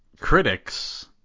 critics